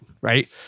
right